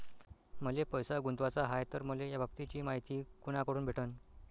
मले पैसा गुंतवाचा हाय तर मले याबाबतीची मायती कुनाकडून भेटन?